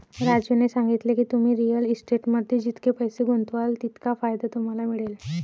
राजूने सांगितले की, तुम्ही रिअल इस्टेटमध्ये जितके पैसे गुंतवाल तितका फायदा तुम्हाला मिळेल